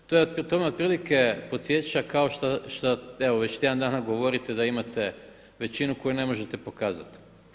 To me otprilike podsjeća kao što evo već tjedan dana govorite da imate većinu koju ne možete pokazati.